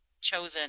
chosen